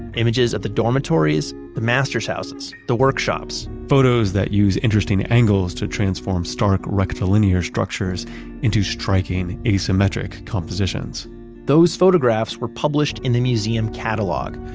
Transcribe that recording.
images of the dormitories, the master's houses, the workshops photos that use interesting angles to transform stark rectilinear structures into striking asymmetric compositions those photographs were published in the museum catalog,